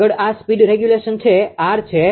આગળ આ speed regulation છે જે આર છે